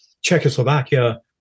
czechoslovakia